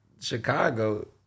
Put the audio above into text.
Chicago